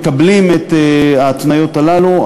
מקבלים את ההתניות הללו,